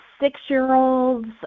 six-year-olds